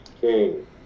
King